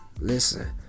listen